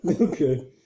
Okay